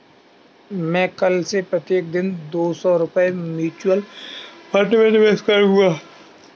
मैं कल से प्रत्येक दिन दो सौ रुपए म्यूचुअल फ़ंड में निवेश करूंगा